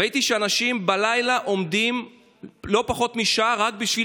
ראיתי שאנשים עומדים בלילה לא פחות משעה רק בשביל